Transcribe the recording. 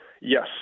Yes